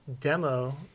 demo